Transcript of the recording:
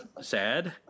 sad